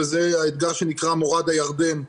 וזה האתגר שנקרא מורד הירדן.